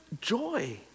joy